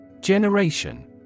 Generation